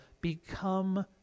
become